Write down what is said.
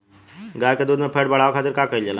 गाय के दूध में फैट बढ़ावे खातिर का कइल जाला?